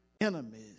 enemies